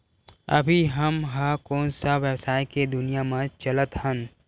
अभी हम ह कोन सा व्यवसाय के दुनिया म चलत हन?